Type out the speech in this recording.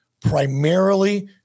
primarily